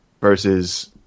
versus